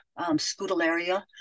scutellaria